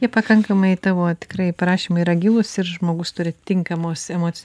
jie pakankamai tavo tikrai prašymai yra gilūs ir žmogus turi tinkamos emoci